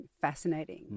fascinating